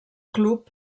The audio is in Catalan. club